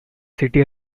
city